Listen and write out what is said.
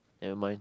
nevermind